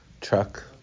truck